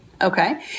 Okay